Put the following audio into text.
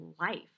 life